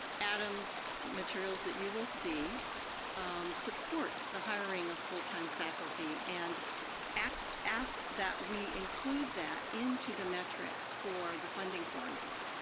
adam's materials that you will see supports the hiring of full time faculty and asks asks that we include that into the metrics for the funding formula.